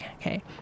okay